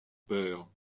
père